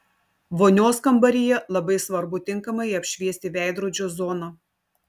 vonios kambaryje labai svarbu tinkamai apšviesti veidrodžio zoną